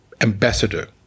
ambassador